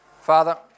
Father